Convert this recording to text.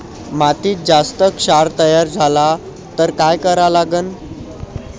मातीत जास्त क्षार तयार झाला तर काय करा लागन?